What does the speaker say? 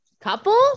couple